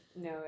no